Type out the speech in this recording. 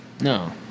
No